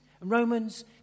Romans